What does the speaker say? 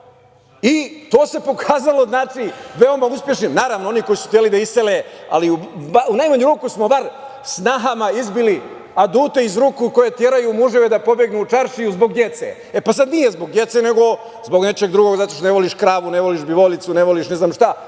I to se pokazalo veoma uspešnim. Naravno, oni koji su hteli da se isele, ali u najmanju ruku smo bar snahama izbili adute iz ruku koje teraju muževe da pobegnu u čaršiju zbog dece. Sada nije zbog dece, nego zbog nečega drugog, zato što ne voliš kravu, ne voliš bivolicu, ne voliš ne znam šta.